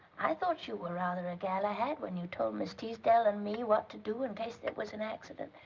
i thought you were rather a galahad when you told miss teasdale and me. what to do in case there was an accident.